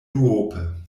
duope